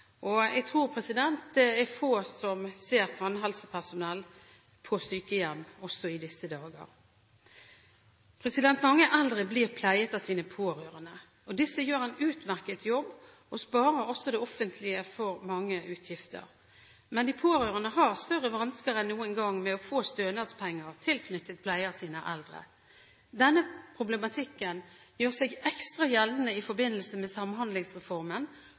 Jeg tror det er få som ser tannhelsepersonell på sykehjem også i disse dager. Mange eldre blir pleiet av sine pårørende. Disse gjør en utmerket jobb og sparer også det offentlige for mange utgifter. Men de pårørende har større vansker enn noen gang med å få stønadspenger tilknyttet pleie av sine eldre. Denne problematikken gjør seg ekstra gjeldende i forbindelse med Samhandlingsreformen